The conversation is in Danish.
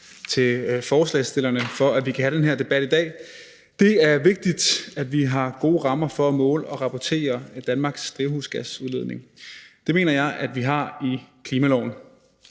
til forslagsstillerne for, at vi kan have den her debat i dag. Det er vigtigt, at vi har gode rammer for at måle og rapportere Danmarks drivhusgasudledning. Det mener jeg at vi har i klimaloven.